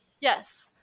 yes